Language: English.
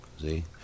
See